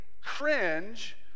cringe